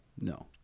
No